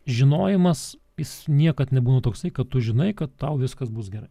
žinojimas jis niekad nebūna toksai kad tu žinai kad tau viskas bus gerai